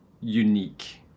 unique